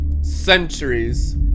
centuries